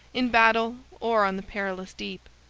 in battle or on the perilous deep.